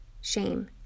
shame